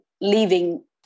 leaving